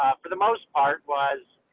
ah for the most part was,